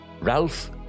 Ralph